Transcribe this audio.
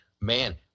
man